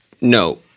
no